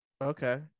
Okay